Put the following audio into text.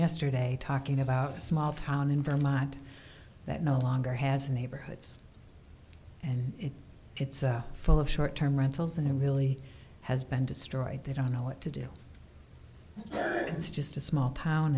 yesterday talking about a small town in vermont that no longer has neighborhoods and it's full of short term rentals and it really has been destroyed they don't know what to do it's just a small town